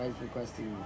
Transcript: requesting